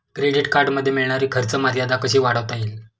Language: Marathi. क्रेडिट कार्डमध्ये मिळणारी खर्च मर्यादा कशी वाढवता येईल?